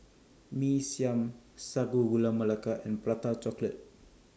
Mee Siam Sago Gula Melaka and Prata Chocolate